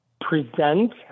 present